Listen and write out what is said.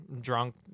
drunk